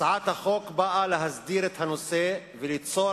הצעת החוק באה להסדיר את הנושא וליצור